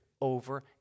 over